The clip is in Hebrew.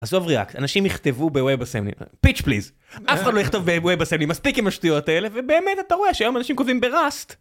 עזוב ריאקט, אנשים יכתבו בווב אסמבלי, ביץ' פליז, אף אחד לא יכתוב בווב אסמבלי, מספיק עם השטויות האלה, ובאמת אתה רואה שהיום אנשים כותבים בראסט.